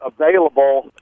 available